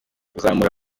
kuzamura